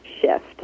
shift